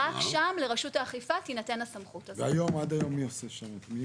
רק שם, לרשות האכיפה, תינתן הסמכות לעשות את זה.